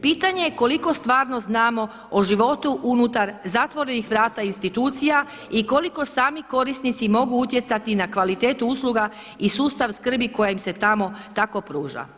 Pitanje je koliko stvarno znamo o životu unutar zatvorenih vrata institucija i koliko sami korisnici mogu utjecati na kvalitetu usluga i sustav skrbi koja im se tamo tako pruža.